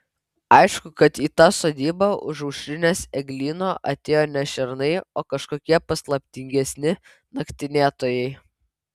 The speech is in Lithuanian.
aišku kad į tą sodybą už aušrinės eglyno atėjo ne šernai o kažkokie paslaptingesni naktinėtojai